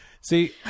See